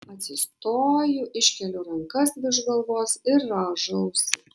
atsistoju iškeliu rankas virš galvos ir rąžausi